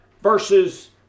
versus